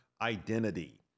identity